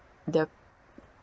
the